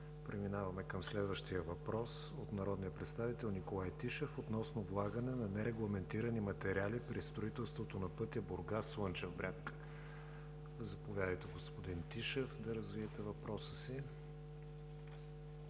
Преминаваме към следващия въпрос – от народния представител Николай Тишев, относно влагане на нерегламентирани материали при строителството на пътя Бургас – Слънчев бряг. Заповядайте, господин Тишев, да развиете въпроса си